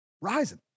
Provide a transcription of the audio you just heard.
rising